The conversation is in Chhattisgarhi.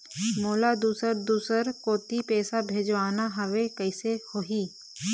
मोला दुसर दूसर कोती पैसा भेजवाना हवे, कइसे होही?